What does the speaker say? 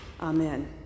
Amen